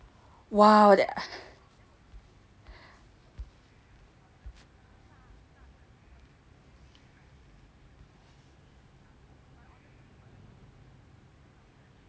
!wow! that